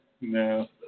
No